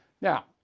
Now